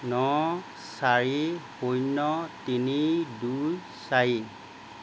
ন চাৰি শূন্য তিনি দুই চাৰি